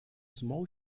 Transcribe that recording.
small